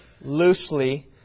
loosely